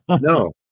No